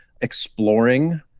exploring